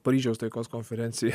paryžiaus taikos konferencija